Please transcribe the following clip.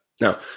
Now